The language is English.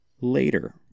later